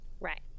Right